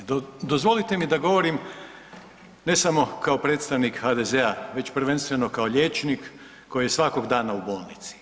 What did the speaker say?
Dozvolite mi da govorim, ne samo kao predstavnik HDZ-a već prvenstveno kao liječnik koji je svakog dana u bolnici.